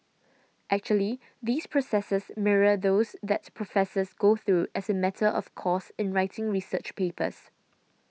actually these processes mirror those that professors go through as a matter of course in writing research papers